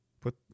put